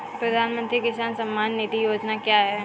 प्रधानमंत्री किसान सम्मान निधि योजना क्या है?